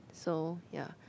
so ya